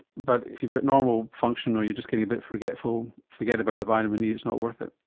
but if you've got normal function or you're just getting a bit forgetful, forget about the vitamin e, it's not worth it.